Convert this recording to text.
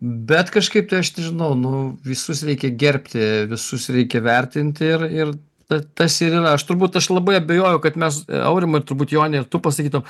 bet kažkaip tai aš nežinau nu visus reikia gerbti visus reikia vertinti ir ir ta tas ir yra aš turbūt aš labai abejoju kad mes aurimai ir turbūt jone ir tu pasakytum